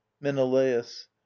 menelaus